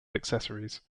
accessories